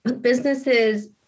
businesses